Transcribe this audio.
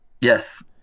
Yes